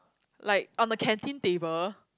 like on a canteen table